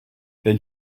then